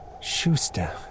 Schuster